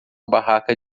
barraca